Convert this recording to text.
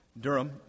Durham